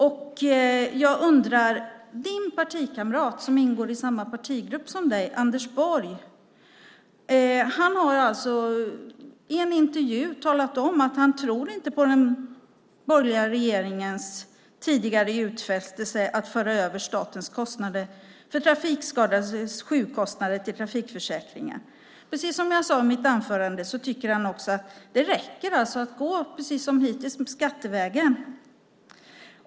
Din partikamrat Anders Borg, som ingår i samma partigrupp som du, har i en intervju talat om att han inte tror på den borgerliga regeringens tidigare utfästelse att föra över statens kostnader för trafikskadades sjukkostnader till trafikförsäkringen. Som jag sade i mitt anförande tycker han alltså att det precis som hittills räcker med att gå skattevägen.